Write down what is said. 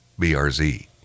BRZ